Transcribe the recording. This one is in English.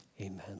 Amen